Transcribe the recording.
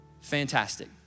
Fantastic